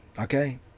Okay